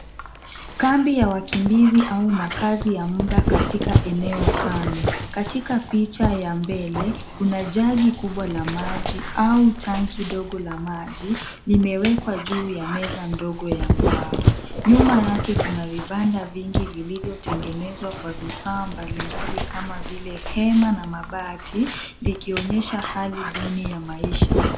Kambi ya wakimbizi au makazi ya muda katika eneo kame. Katika picha ya mbele kuna jagi kubwa la maji au tanki ndogo la maji limewekwa juu ya meza ndogo ya mbao. Nyuma yake kuna vibanda vingi vilivyotengenezwa kwa vifaa mbalimbali kama vile hema na mabati likionyesha hali duni ya maisha.